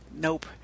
Nope